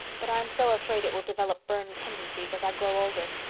but i'm so afraid it will develop byrne tendencies as i grow older.